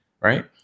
right